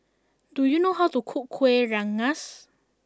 do you know how to cook Kuih Rengas